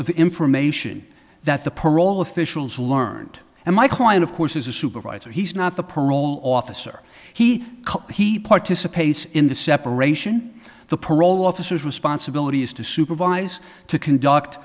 of information that the parole officials learned and my client of course is a supervisor he's not the parole officer he he participates in the separation the parole officers responsibility is to supervise to conduct